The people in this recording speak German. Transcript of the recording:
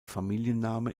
familienname